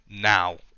now